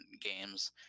games